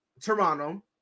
Toronto